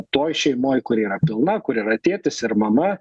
toj šeimoj kuri yra pilna kur yra tėtis ir mama